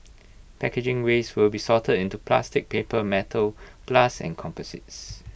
packaging waste will be sorted into plastic paper metal glass and composites